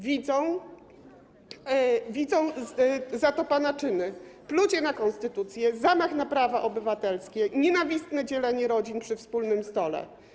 Widzą za to pana czyny: plucie na konstytucję, zamach na prawo obywatelskie, nienawistne dzielenie rodzin przy wspólnym stole.